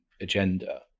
agenda